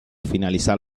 finalizar